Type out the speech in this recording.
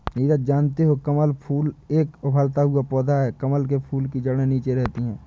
नीरज जानते हो कमल फूल एक उभरता हुआ पौधा है कमल के फूल की जड़े नीचे रहती है